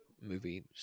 movie